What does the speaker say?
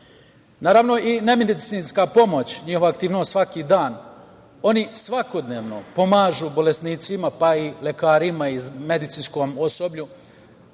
i nemedicinska pomoć, njihova aktivnost svaki dan, oni svakodnevno pomažu bolesnicima, pa i lekarima i medicinskom osoblju,